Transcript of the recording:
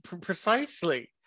Precisely